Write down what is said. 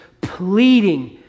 pleading